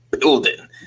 building